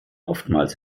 oftmals